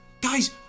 guys